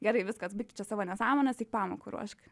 gerai viskas baik tu čia savo nesąmones eik pamokų ruošk